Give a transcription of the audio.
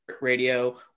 radio